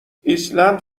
ایسلند